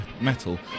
metal